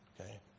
Okay